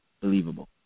believable